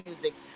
music